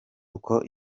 uko